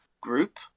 group